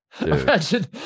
Imagine